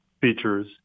features